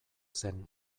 zen